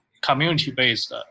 community-based